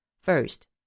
first